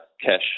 cash